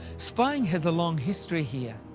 spying has a long history here.